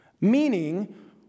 Meaning